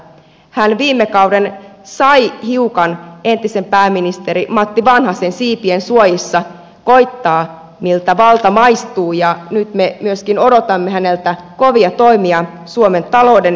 hän viime kauden sai hiukan entisen pääministeri matti vanhasen siipien suojissa koettaa miltä valta maistuu ja nyt me myöskin odotamme häneltä kovia toimia suomen talouden tervehdyttämiseksi